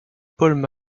paul